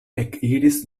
ekiris